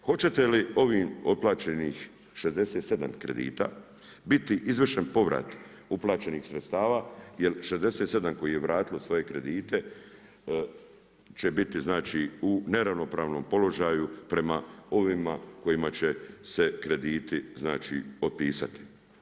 Hoće li ovih otplaćenih 67 kredita biti izvršen povrat uplaćenih sredstava jel 67 kojih je vratilo svoje kredite će biti u neravnopravnom položaju prema ovima kojima će se krediti otpisati.